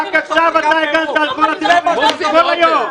זה מה שאתה עושה.